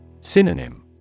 Synonym